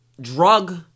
drug